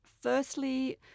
firstly